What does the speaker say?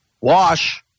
Wash